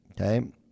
okay